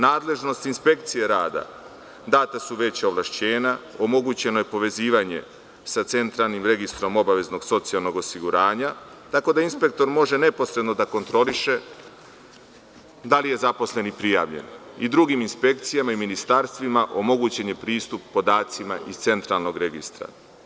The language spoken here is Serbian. Nadležnosti inspekcije rada - data su veća ovlašćenja, omogućeno je povezivanje sa centralnim registrom obaveznog socijalnog osiguranja tako da inspektor može neposredno da kontroliše da li je zaposleni prijavljeni i drugim inspekcijama i ministarstvima omogućen je pristup podacima iz centralnog registra.